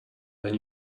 than